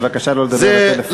בבקשה לא לדבר בטלפון.